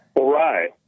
Right